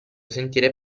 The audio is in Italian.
sentire